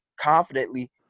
confidently